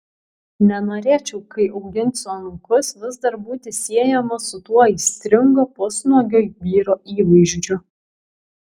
nenorėčiau kai auginsiu anūkus vis dar būti siejamas su tuo aistringo pusnuogio vyro įvaizdžiu